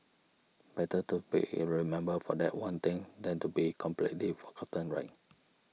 better to be in remembered for that one thing than to be completely forgotten right